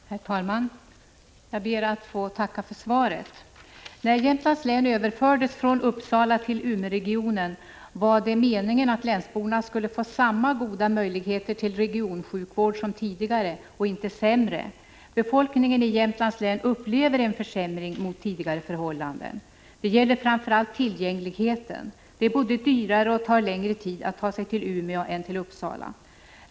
Herr talman! Jag ber att få tacka för svaret. När Jämtlands län överfördes från Uppsalatill Umeåregionen var det meningen att länsborna skulle få samma goda möjligheter till regionsjukvård som tidigare och inte sämre. Befolkningen i Jämtlands län upplever en försämring mot tidigare förhållanden. Det gäller framför allt tillgängligheten. Det är både dyrare och tar längre tid att ta sig till Umeå än till Uppsala.